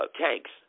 tanks